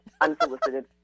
unsolicited